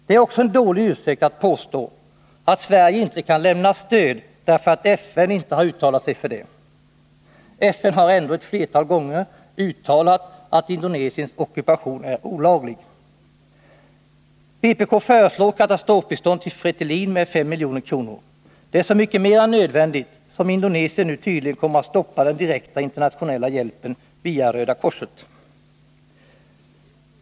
Det är också en dålig ursäkt att påstå att Sverige inte kan lämna stöd därför att FN inte uttalat sig för det. FN har ändå ett flertal gånger uttalat att Indonesiens ockupation är olaglig. Vpk föreslår katastrofbistånd till Fretilin med 5 milj.kr. Det är så mycket mera nödvändigt som Indonesien nu tydligen kommer att stoppa den direkta internationella hjälpen via Röda korset.